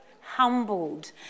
humbled